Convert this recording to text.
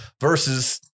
versus